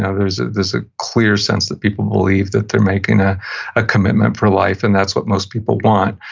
ah there's ah there's a clear sense that people believe that they're making ah a commitment for life, and that's what most people want,